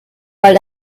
weil